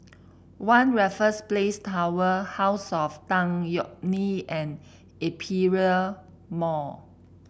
One Raffles Place Tower House of Tan Yeok Nee and Aperia Mall